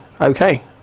Okay